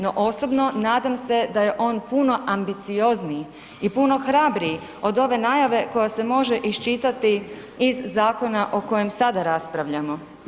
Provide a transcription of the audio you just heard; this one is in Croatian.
No osobno nadam se da je on puno ambiciozniji i puno hrabriji od ove najave koja se može iščitati iz zakona o kojem sada raspravljamo.